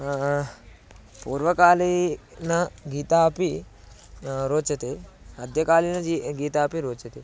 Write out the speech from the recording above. पूर्वकालीन गीतम् अपि रोचते अद्यकालीनगीतम् अपि रोचते